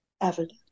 evidence